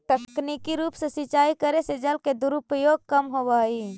तकनीकी रूप से सिंचाई करे से जल के दुरुपयोग कम होवऽ हइ